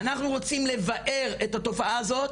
אנחנו רוצים לבער את התופעה הזאת,